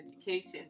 education